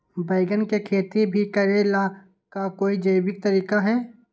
बैंगन के खेती भी करे ला का कोई जैविक तरीका है?